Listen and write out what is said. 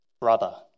Brother